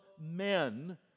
men